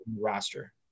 roster